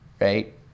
right